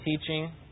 teaching